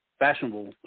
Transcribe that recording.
Fashionable